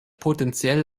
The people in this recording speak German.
potenziell